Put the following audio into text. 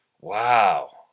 Wow